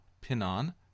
Pinon